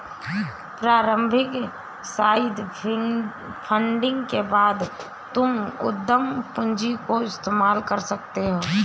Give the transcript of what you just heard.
प्रारम्भिक seed funding के बाद तुम उद्यम पूंजी का इस्तेमाल कर सकते हो